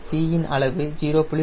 c இன் அளவு 0